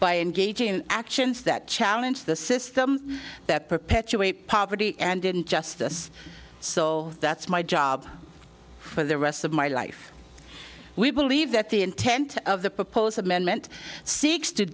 by engaging in actions that challenge the system that perpetuate poverty and injustice so that's my job for the rest of my life we believe that the intent of the proposal amendment s